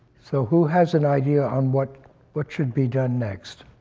so who has an idea on what but should be done next?